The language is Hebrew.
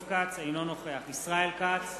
אינו נוכח ישראל כץ,